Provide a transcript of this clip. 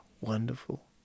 wonderful